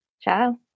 Ciao